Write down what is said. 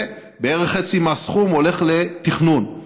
ובערך חצי מהסכום הולך לתכנון.